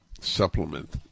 supplement